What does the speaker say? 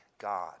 God